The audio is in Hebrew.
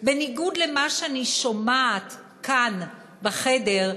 בניגוד למה שאני שומעת כאן בחדר,